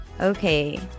Okay